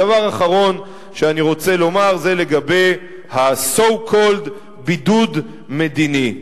דבר אחרון שאני רוצה לומר זה לגבי ה-so called בידוד מדיני.